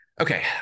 Okay